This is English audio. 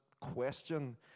question